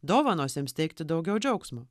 dovanos jiems teikti daugiau džiaugsmo